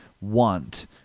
want